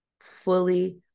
fully